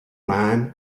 man